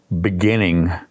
beginning